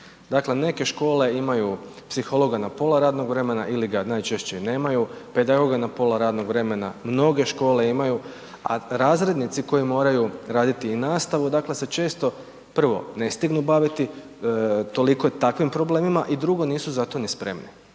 dakle neke škole imaju psihologa na pola radnog vremena ili ga najčešće nemaju, pedagoga na pola radnog vremena mnoge škole imaju, a razrednici koji moraju raditi i nastavu, dakle se često, prvo ne stignu baviti toliko takvim problemima i drugo, nisu za to ni spremni.